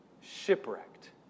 shipwrecked